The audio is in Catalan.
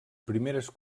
primeres